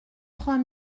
trois